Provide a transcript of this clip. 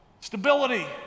Stability